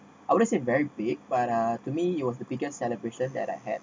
I wouldn't say very big but uh to me it was the biggest celebration that I had